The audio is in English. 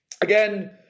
Again